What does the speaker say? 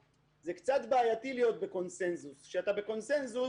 שזה קצת בעייתי להיות בקונצנזוס; כשאתה בקונצנזוס